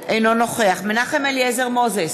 אינו נוכח מנחם אליעזר מוזס,